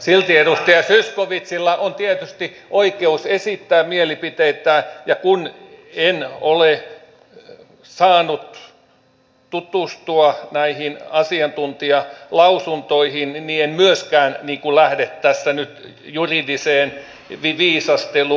silti edustaja zyskowiczilla on tietysti oikeus esittää mielipiteitään ja kun en ole saanut tutustua näihin asiantuntijalausuntoihin niin en myöskään lähde tässä nyt juridiseen viisasteluun